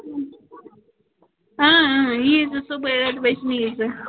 ییٖزِ صُبحٲے ٲٹھِ بَجہِ نِیٖزِ